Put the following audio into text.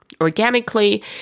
organically